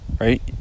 Right